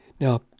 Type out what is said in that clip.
Now